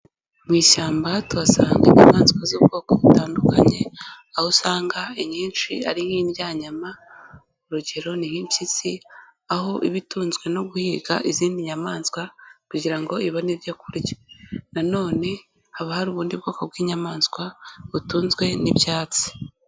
Mu ishyamba tuhasanga inyamaswa z'ubwoko butandukanye, aho usanga inyinshi ari nk'indyanyama, urugero: ni nk'impyisi, aho iba itunzwe no guhiga izindi nyamaswa kugira ngo ibone ibyo kurya. Nanone haba hari ubundi bwoko bw'inyamaswa butunzwe n'ibyatsi.